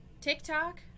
TikTok